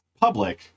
public